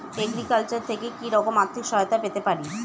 Agriculture থেকে কি রকম আর্থিক সহায়তা পেতে পারি?